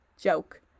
joke